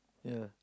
ya